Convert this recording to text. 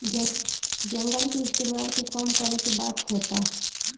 जंगल के इस्तेमाल के कम करे के बात होता